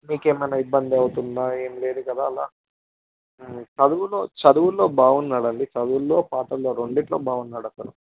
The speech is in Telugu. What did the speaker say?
మీకు ఏమైన ఇబ్బంది అవుతుందా ఏమీ లేదు కదా అలా చదువులో చదువులో బాగున్నాడు అండి చదువుల్లో పాటలలో రెండింటి లో బాగున్నాడు అతను